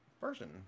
version